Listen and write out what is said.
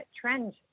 trend